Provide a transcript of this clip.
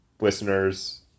listeners